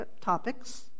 topics